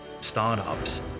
startups